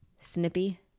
snippy